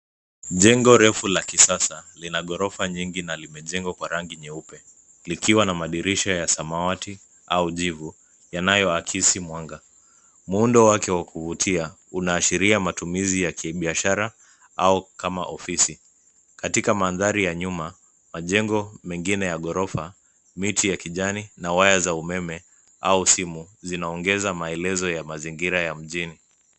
Jengo refu la kisasa lina gorofa nyingi na limejengwa kwa rangi nyeupe likiwa na madirisha ya samawati au jivu yanayo akisi mwanga. Muundo wake wa kuvutia una ashiria matumizi ya kibiashara au kama ofisi. Katika mandhari ya nyuma majengo mengine ya gorofa, miti ya kijani, na waya za umeme au simu zinaongeza maelezo ya mazingira ya mjini.